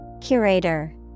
Curator